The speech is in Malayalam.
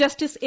justice A